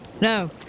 No